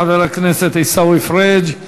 תודה לחבר הכנסת עיסאווי פריג'.